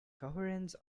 coherence